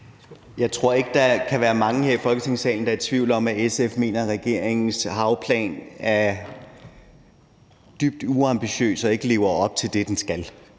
Jeg tror ikke, at der kan være mange her i Folketingssalen, der kan være i tvivl om, at SF mener, at regeringens havplan er dybt uambitiøs og ikke lever op til det, den skal.